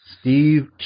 Steve